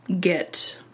get